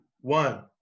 one